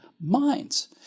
minds